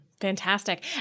Fantastic